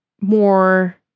more